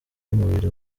y’umubiri